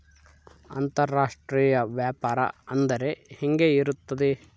ಅಂತರಾಷ್ಟ್ರೇಯ ವ್ಯಾಪಾರ ಅಂದರೆ ಹೆಂಗೆ ಇರುತ್ತದೆ?